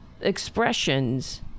expressions